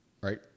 right